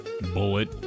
Bullet